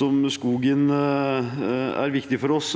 der skogen er viktig for oss.